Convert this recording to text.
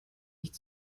nicht